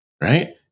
right